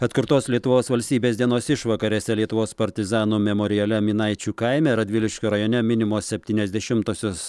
atkurtos lietuvos valstybės dienos išvakarėse lietuvos partizanų memoriale minaičių kaime radviliškio rajone minimos septyniasdešimtosios